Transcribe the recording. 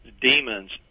demons